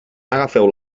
agafeu